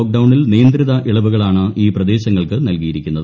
ലോക്ഡൌണിൽ നിയന്ത്രിക്കുള്ളവുകളാണ് ഈ പ്രദേശങ്ങൾക്ക് നൽകിയിരിക്കുന്നത്